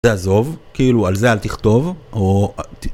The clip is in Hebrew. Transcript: זה עזוב, כאילו על זה אל תכתוב או.